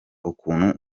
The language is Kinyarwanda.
ukuntu